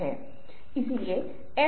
soft skills